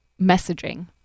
messaging